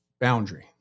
boundary